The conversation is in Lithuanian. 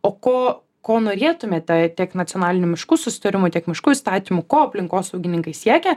o ko ko norėtumėte tiek nacionaliniu miškų susitarimu tiek miškų įstatymu ko aplinkosaugininkai siekia